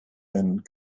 and